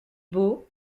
beau